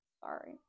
Sorry